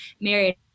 married